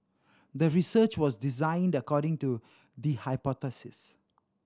the research was designed according to the hypothesis